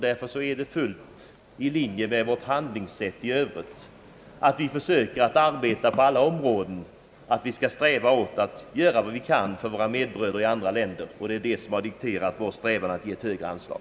Därför är det fullt i linje med vårt handlingssätt i övrigt att vi försöker på alla områden sträva att göra vad vi kan för våra medbröder i andra länder. Det är detta som har dikterat vår strävan att ge ett högre anslag.